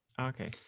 okay